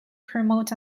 promote